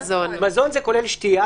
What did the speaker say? מזון זה כולל שתייה,